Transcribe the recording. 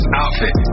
outfit